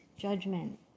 judgment